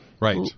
Right